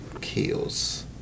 kills